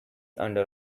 under